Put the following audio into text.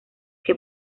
que